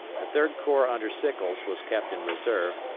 the third corps under sickles was kept in reserve,